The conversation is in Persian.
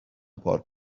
پارک